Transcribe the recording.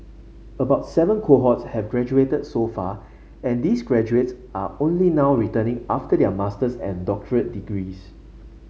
about seven cohorts have graduated so far and these graduates are only now returning after their master's and doctorate degrees